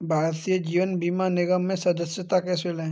भारतीय जीवन बीमा निगम में सदस्यता कैसे लें?